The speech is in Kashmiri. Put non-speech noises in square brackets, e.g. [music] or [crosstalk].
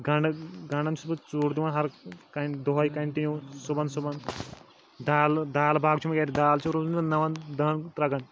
گَنڈٕ گَنڈَن چھُس بہٕ ژوٗر دِوان ہَرٕ کَنہِ دۄہَے کَنٹِنیوٗ صُبحَن صُبحَن دالہٕ دال باغ چھُ مےٚ گَرِ دال چھِ [unintelligible] نَوَن دَہَن ترٛکَن